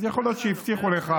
אז יכול להיות שהבטיחו לך,